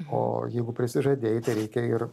o jeigu prisižadėjai tai reikia ir